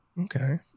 Okay